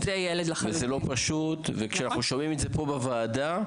זה לא פשוט וכשאנחנו שומעים את זה פה בוועדה,